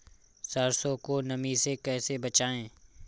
सरसो को नमी से कैसे बचाएं?